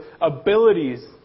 abilities